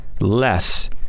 less